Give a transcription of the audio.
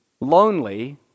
lonely